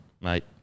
Mate